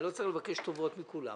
אני לא צריך לבקש טובות מכולם.